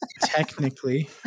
technically